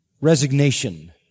resignation